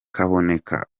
kaboneka